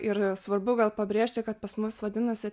ir svarbu gal pabrėžti kad pas mus vadinasi